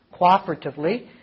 cooperatively